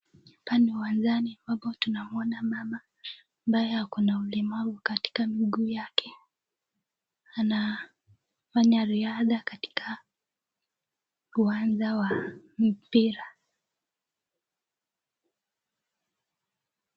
Hapa ni uwanjani ambapo tunamuona mama ambayo ako na ulemavu katika mguu yake, anafanya riadha katika uwanja wa mpira.